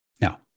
Now